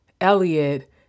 Elliot